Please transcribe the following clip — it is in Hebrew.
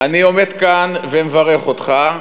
אני עומד כאן ומברך אותך,